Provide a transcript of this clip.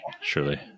Surely